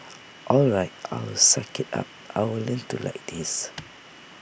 all right I'll suck IT up I'll learn to like this